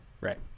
right